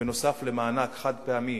בנוסף למענק חד-פעמי